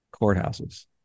courthouses